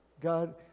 God